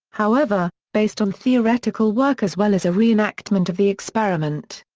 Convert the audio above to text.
however, based on theoretical work as well as a reenactment of the experiment.